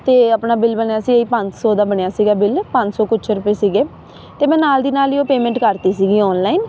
ਅਤੇ ਆਪਣਾ ਬਿਲ ਬਣਿਆ ਸੀ ਪੰਜ ਸੌ ਦਾ ਬਣਿਆ ਸੀਗਾ ਬਿੱਲ ਪੰਜ ਸੌ ਕੁਛ ਰੁਪਏ ਸੀਗੇ ਅਤੇ ਮੈਂ ਨਾਲ ਦੀ ਨਾਲ ਹੀ ਉਹ ਪੇਮੈਂਟ ਕਰਤੀ ਸੀਗੀ ਔਨਲਾਈਨ